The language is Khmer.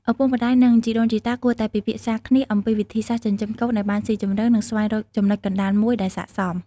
ឪពុកម្តាយ និងជីដូនជីតាគួរតែពិភាក្សាគ្នាអំពីវិធីសាស្ត្រចិញ្ចឹមកូនឲ្យបានស៊ីជម្រៅ និងស្វែងរកចំណុចកណ្តាលមួយដែលស័ក្តិសម។